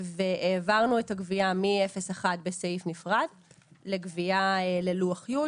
והעברנו את הגבייה מ-0.1 בסעיף נפרד לגבייה ללוח י'.